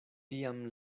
tiam